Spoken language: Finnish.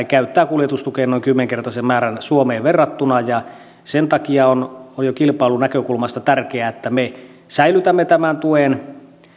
käyttää kuljetustukeen noin kymmenkertaisen määrän suomeen verrattuna sen takia on jo kilpailunäkökulmasta tärkeää että me säilytämme tämän tuen